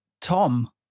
Tom